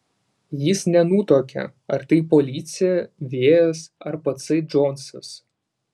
jis nenutuokė ar tai policija vėjas ar patsai džonsas